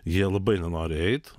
jie labai nenori eit